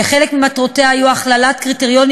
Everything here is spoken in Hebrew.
שחלק ממטרותיה היו הכללת קריטריונים